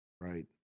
Right